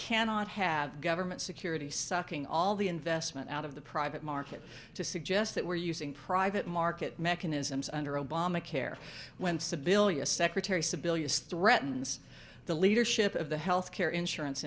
cannot have government security sucking all the investment out of the private market to suggest that we're using private market mechanisms under obamacare when civilians secretary sebelius threatens the leadership of the health care insurance